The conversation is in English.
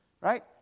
right